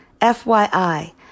FYI